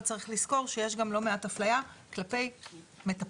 אבל צריך לזכור שיש גם לא מעט הפליה כלפי מטפלים,